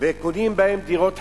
וקונים בהם דירות חדשות,